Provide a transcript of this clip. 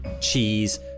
cheese